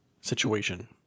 situation